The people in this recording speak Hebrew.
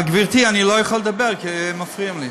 גברתי, אני לא יכול לדבר כי מפריעים לי.